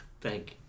Thank